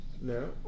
No